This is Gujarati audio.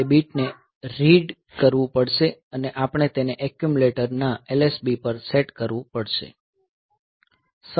તે બીટને રીડ કરવું પડશે અને આપણે તેને એક્યુમલેટર ના LSB પર સેટ કરવું પડશે